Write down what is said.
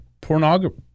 pornography